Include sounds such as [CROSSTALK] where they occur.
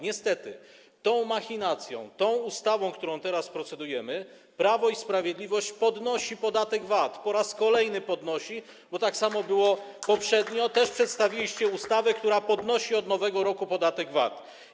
Niestety tą machinacją, tą ustawą, nad którą teraz procedujemy, Prawo i Sprawiedliwość podnosi podatek VAT, po raz kolejny podnosi, bo tak samo było poprzednio, [APPLAUSE] też przedstawiliście ustawę, która podnosi od nowego roku podatek VAT.